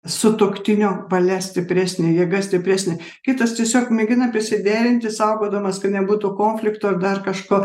sutuoktinio valia stipresnė jėga stipresnė kitas tiesiog mėgina prisiderinti saugodamas kad nebūtų konflikto dar kažko